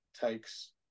takes